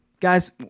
guys